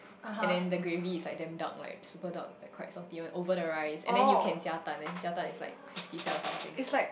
and then the gravy is like damn dark like super dark like quite salty one over the rice and then you can jia dan and jia dan is like fifty cent or something